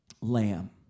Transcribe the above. lamb